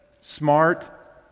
smart